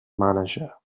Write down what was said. manager